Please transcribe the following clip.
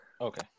Okay